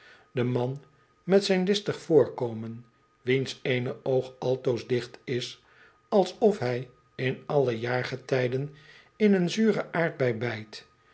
de man met zijn listig voorkomen wiens eene oog altoos dicht is alsof hij in alle jaargetijden in een zure aardbei bijt